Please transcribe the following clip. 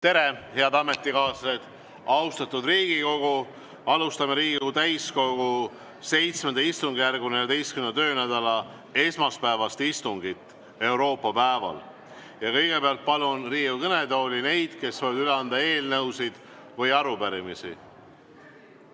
Tere, head ametikaaslased! Austatud Riigikogu! Alustame Riigikogu täiskogu VII istungjärgu 14. töönädala esmaspäevast istungit Euroopa päeval. Kõigepealt palun Riigikogu kõnetooli neid, kes soovivad üle anda eelnõusid või arupärimisi.